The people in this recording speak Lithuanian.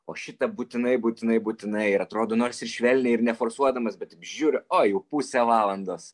o šitą būtinai būtinai būtinai ir atrodo nors ir švelniai ir neforsuodamas bet žiūriu oi jau pusę valandos